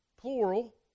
plural